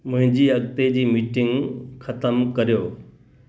मुंहिंजी अॻिते जी मीटिंग ख़तमु करियो